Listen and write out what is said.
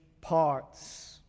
parts